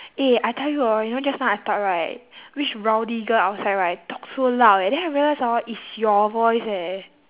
eh I tell you hor you know just now I thought right which rowdy girl outside right talk so loud eh then I realised hor it's your voice eh